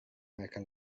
mereka